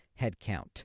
Headcount